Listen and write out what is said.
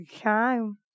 time